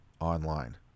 online